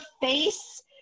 face